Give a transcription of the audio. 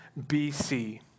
BC